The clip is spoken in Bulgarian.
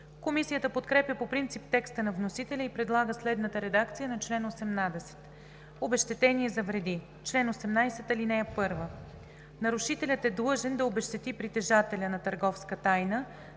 Комисията подкрепя по принцип текста на вносителя и предлага следната редакция на чл. 18: „Обезщетение за вреди „Чл. 18. (1) Нарушителят е длъжен да обезщети притежателя на търговска тайна